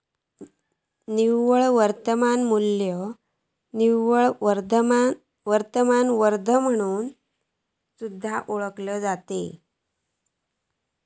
निव्वळ वर्तमान मू्ल्य निव्वळ वर्तमान वर्थ म्हणून सुद्धा ओळखला जाता